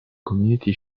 community